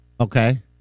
Okay